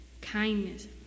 kindness